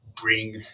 bring